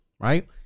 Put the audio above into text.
Right